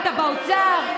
היית באוצר,